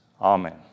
Amen